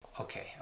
Okay